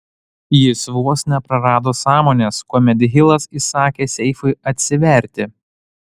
jis vos neprarado sąmonės kuomet hilas įsakė seifui atsiverti